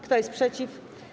Kto jest przeciw?